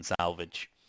salvage